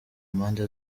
mpande